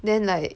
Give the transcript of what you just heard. then like